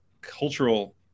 cultural